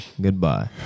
Goodbye